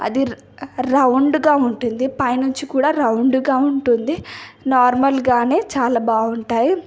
అది రౌండ్గా ఉంటుంది పైనుంచి కూడా రౌండ్గా ఉంటుంది నార్మల్గానే చాలా బాగుంటాయి